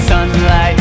Sunlight